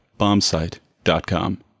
bombsite.com